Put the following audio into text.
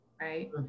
Right